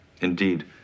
Indeed